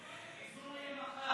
פיזור יהיה מחר.